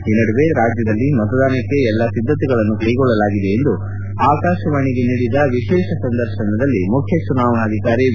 ಈ ನಡುವೆ ರಾಜ್ಯದಲ್ಲಿ ಮತದಾನಕ್ಕೆ ಎಲ್ಲ ಸಿದ್ಧತೆಗಳನ್ನು ಕೈಗೊಳ್ಳಲಾಗಿದೆ ಎಂದು ಆಕಾಶವಾಣಿಗೆ ನೀಡಿದ ವಿಶೇಷ ಸಂದರ್ಶನದಲ್ಲಿ ಮುಖ್ಯ ಚುನಾವಣಾಧಿಕಾರಿ ವಿ